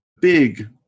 big